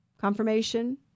confirmation